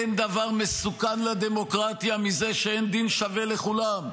אין דבר מסוכן לדמוקרטיה מזה שאין דין שווה לכולם,